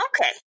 Okay